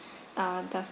uh the